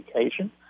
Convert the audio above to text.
education